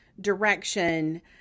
direction